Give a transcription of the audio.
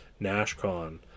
Nashcon